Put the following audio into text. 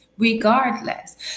regardless